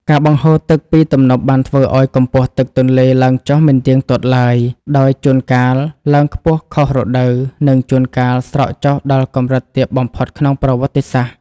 ការបង្ហូរទឹកពីទំនប់បានធ្វើឱ្យកម្ពស់ទឹកទន្លេឡើងចុះមិនទៀងទាត់ឡើយ ដោយជួនកាលឡើងខ្ពស់ខុសរដូវ និងជួនកាលស្រកចុះដល់កម្រិតទាបបំផុតក្នុងប្រវត្តិសាស្ត្រ។